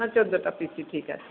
চোদ্দটা পিসই ঠিক আছে